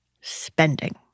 spending